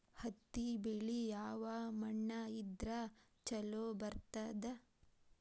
ಹತ್ತಿ ಬೆಳಿ ಯಾವ ಮಣ್ಣ ಇದ್ರ ಛಲೋ ಬರ್ತದ?